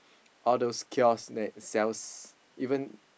all kiosk that sell